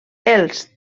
els